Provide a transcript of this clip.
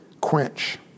quench